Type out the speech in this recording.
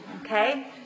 okay